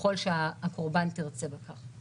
ככל שהקורבן תרצה בכך.